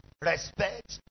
Respect